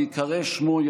בהיקרא שמו,